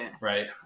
right